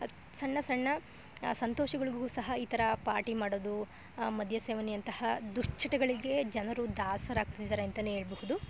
ಅದು ಸಣ್ಣ ಸಣ್ಣ ಸಂತೋಷಗಳಿಗೂ ಸಹ ಈ ಥರ ಪಾರ್ಟಿ ಮಾಡೋದು ಮದ್ಯ ಸೇವನೆಯಂತಹ ದುಷ್ಚಟಗಳಿಗೆ ಜನರು ದಾಸರಾಗ್ತಿದ್ದಾರೆ ಅಂತಾನೆ ಹೇಳ್ಬಹುದು